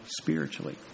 spiritually